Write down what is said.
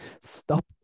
stop